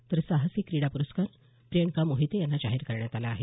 तर साहसी क्रीडा प्रस्कार प्रियांका मोहिते यांना जाहीर करण्यात आला आहे